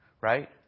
Right